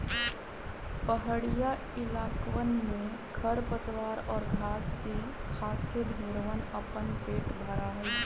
पहड़ीया इलाकवन में खरपतवार और घास के खाके भेंड़वन अपन पेट भरा हई